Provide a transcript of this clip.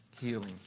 healing